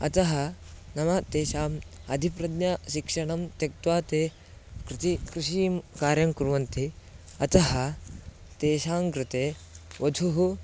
अतः नाम तेषाम् अधिप्रज्ञाशिक्षणं त्यक्त्वा ते कृति कृषिकार्यं कुर्वन्ति अतः तेषां कृते वधुः